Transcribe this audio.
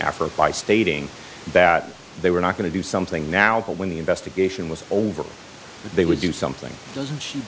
effort by stating that they were not going to do something now when the investigation was over they would do something doesn't she